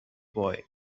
boy